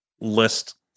list